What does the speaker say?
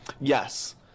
Yes